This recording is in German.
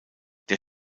der